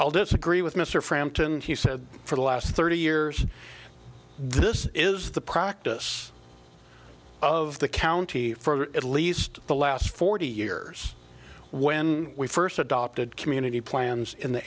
i'll disagree with mr frampton he said for the last thirty years this is the practice of the county for at least the last forty years when we first adopted community plans in the